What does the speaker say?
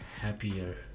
happier